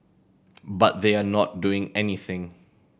but they are not doing anything